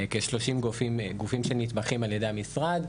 כ-30 גופים שנתמכים על ידי המשרד,